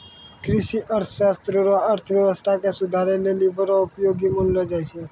कृषि अर्थशास्त्र रो अर्थव्यवस्था के सुधारै लेली बड़ो उपयोगी मानलो जाय छै